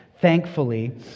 thankfully